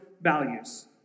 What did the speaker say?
values